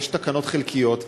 יש תקנות חלקיות,